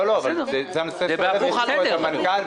לא הכרחנו את כל המטופלים לעבור למסלול בתי המרקחת.